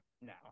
No